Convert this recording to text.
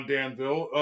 Danville